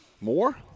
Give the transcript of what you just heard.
More